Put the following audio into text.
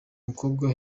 umukobwa